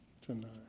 tonight